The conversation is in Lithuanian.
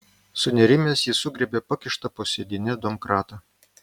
sunerimęs jis sugriebė pakištą po sėdyne domkratą